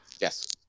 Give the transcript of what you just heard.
Yes